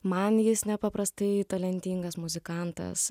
man jis nepaprastai talentingas muzikantas